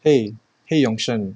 !hey! !hey! yong shen